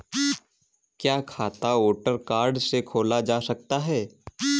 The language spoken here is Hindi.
क्या खाता वोटर कार्ड से खोला जा सकता है?